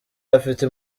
afite